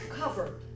cover